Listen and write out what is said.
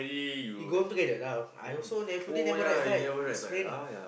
we go home together lah I also never today never ride bike it's raining